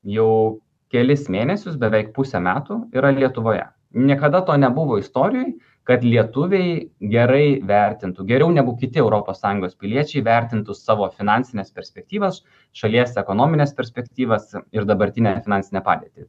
jau kelis mėnesius beveik pusę metų yra lietuvoje niekada to nebuvo istorijoj kad lietuviai gerai vertintų geriau negu kiti europos sąjungos piliečiai vertintų savo finansines perspektyvas šalies ekonomines perspektyvas ir dabartinę finansinę padėtį